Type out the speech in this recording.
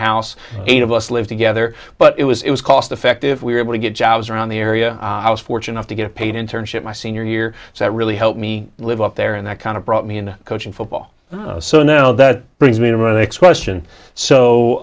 house eight of us live together but it was it was cost effective we were able to get jobs around the area i was fortunate to get paid internship my senior year so that really helped me live up there in that kind of brought me into coaching football so now that brings me to relax question so